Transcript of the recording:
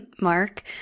Mark